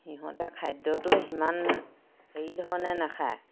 সিহঁতে খাদ্যটো সিমান হেৰি ধৰণে নাখায়